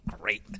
great